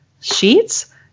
sheets